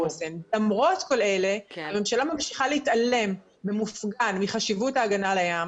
למרות כל אלה הממשלה ממשיכה להתעלם במופגן מחשיבות ההגנה על הים.